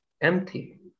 Empty